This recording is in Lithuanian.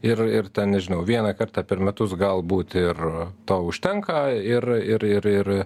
ir ir ten nežinau vieną kartą per metus galbūt ir to užtenka ir ir ir ir